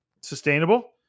sustainable